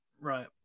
Right